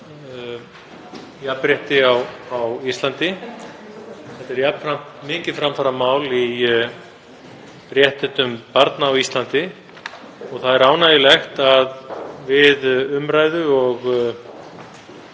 jafnrétti á Íslandi. Þetta er jafnframt mikið framfaramál í réttindum barna á Íslandi. Það er ánægjulegt að við umræðu,